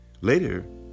Later